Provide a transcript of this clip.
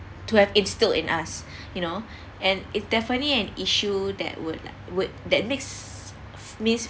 to have instilled in us you know and it's definitely an issue that would would that makes me